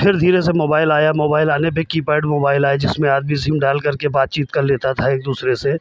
फिर धीरे से मोबाइल आया मोबाइल आने पे कीपैड मोबाइल आए जिसमें आदमी सिम डाल करके बातचीत कर लेता था एक दूसरे से